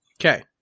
Okay